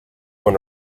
when